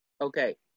Okay